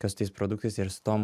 kas su tais produktais ir su tom